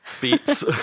beats